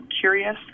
curious